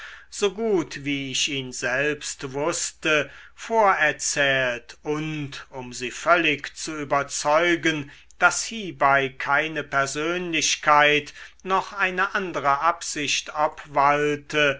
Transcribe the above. so gut wie ich ihn selbst wußte vorerzählt und um sie völlig zu überzeugen daß hiebei keine persönlichkeit noch eine andere absicht obwalte